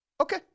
Okay